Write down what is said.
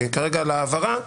כי כרגע להעברה,